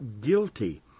guilty